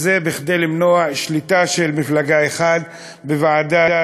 וזה כדי למנוע שליטה של מפלגה אחת בוועדה